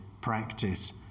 practice